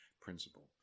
principle